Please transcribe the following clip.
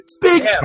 Big